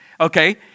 Okay